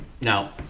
Now